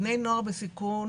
בני נוער בסיכון,